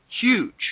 huge